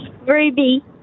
Ruby